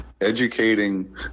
educating